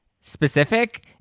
specific